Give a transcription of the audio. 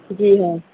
جی ہاں